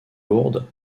lourdes